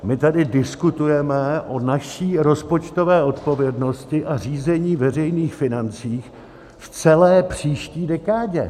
My tady diskutujeme o naší rozpočtové odpovědnosti a řízení veřejných financí v celé příští dekádě.